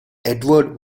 edward